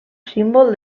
símbol